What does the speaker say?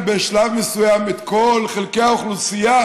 בשלב מסוים את כל חלקי האוכלוסייה: